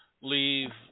leave